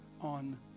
on